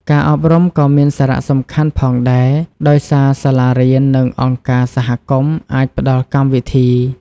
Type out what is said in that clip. ការអប់រំក៏មានសារៈសំខាន់ផងដែរ ដោយសាលារៀន និងអង្គការសហគមន៍អាចផ្ដល់កម្មវិធី។